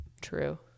true